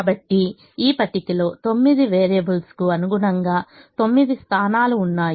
కాబట్టి ఈ పట్టికలో 9 వేరియబుల్స్ కు అనుగుణంగా 9 స్థానాలు ఉన్నాయి